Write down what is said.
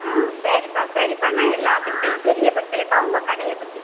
ஆ சரிப்பா சரிப்பா நான் எல்லாத்துக்கிட்டையும் தெரியப்படுத்துறேப்பா உங்கள் கடையை பற்றி